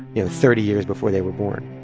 you know, thirty years before they were born